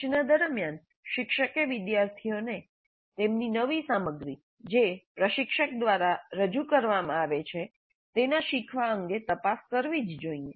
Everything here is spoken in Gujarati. સૂચના દરમિયાન શિક્ષકે વિદ્યાર્થીઓને તેમની નવી સામગ્રી જે પ્રશિક્ષક દ્વારા રજૂ કરવામાં આવે છે તેના શીખવા અંગે તપાસ કરવી જ જોઇએ